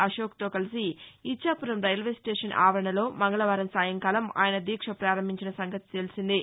అశోక్తో కలిసి ఇచ్చాపురం రైల్వేస్టేషన్ ఆవరణలో మంగళవారం సాయంకాలం ఆయస దీక్ష పారంభించిన సంగతి తెలిసిందే